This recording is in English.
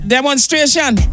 Demonstration